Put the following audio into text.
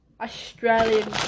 Australian